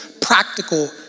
practical